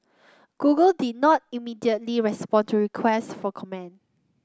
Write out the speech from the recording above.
Google did not immediately respond to requests for comment